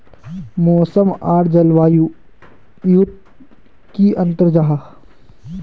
मौसम आर जलवायु युत की अंतर जाहा?